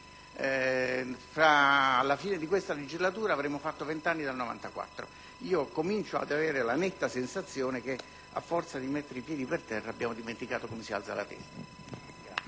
alla fine di questa legislatura, saranno passati vent'anni dal 1994 ed io inizio ad avere la netta sensazione che, a forza di mettere i piedi per terra, abbiamo dimenticato come si alza la testa.